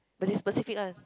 speci~ specific one